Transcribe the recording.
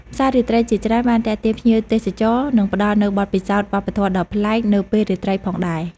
ផ្សាររាត្រីជាច្រើនបានទាក់ទាញភ្ញៀវទេសចរ និងផ្ដល់នូវបទពិសោធន៍វប្បធម៌ដ៏ប្លែកនៅពេលរាត្រីផងដែរ។